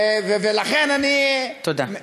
לכן אני, תודה.